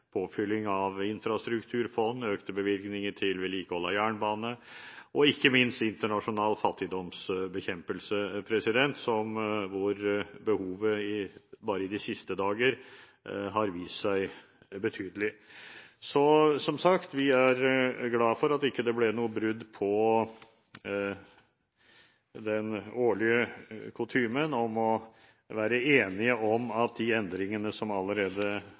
påfylling av infrastrukturfond, økte bevilgninger til vedlikehold av jernbane og ikke minst internasjonal fattigdomsbekjempelse, hvor behovet bare i de siste dager har vist seg betydelig. Som sagt, vi er glad for at det ikke ble noe brudd på den årlige kutymen om å være enige om at de endringene som allerede